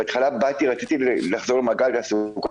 בהתחלה רציתי לחזור למעגל התעסוקה,